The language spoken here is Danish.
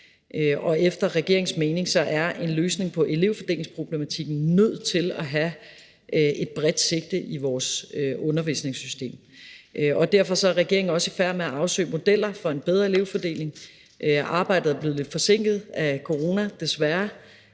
Og efter regeringens mening er en løsning på elevfordelingsproblematikken nødt til at have et bredt sigte i vores undervisningssystem. Derfor er regeringen også i færd med at afsøge modeller for en bedre elevfordeling. Arbejdet er blevet lidt forsinket af corona, desværre,